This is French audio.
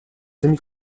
semi